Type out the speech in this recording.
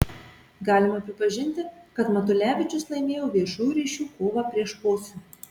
galima pripažinti kad matulevičius laimėjo viešųjų ryšių kovą prieš pocių